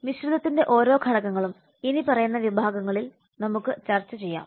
മിശ്രിതത്തിന്റെ ഓരോ ഘടകങ്ങളും ഇനിപ്പറയുന്ന വിഭാഗങ്ങളിൽ നമുക്ക് ചർച്ച ചെയ്യാം